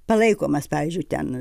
palaikomas pavyzdžiui ten